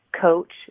Coach